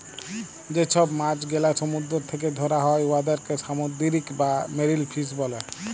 যে ছব মাছ গেলা সমুদ্দুর থ্যাকে ধ্যরা হ্যয় উয়াদেরকে সামুদ্দিরিক বা মেরিল ফিস ব্যলে